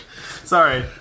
Sorry